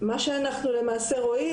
רואים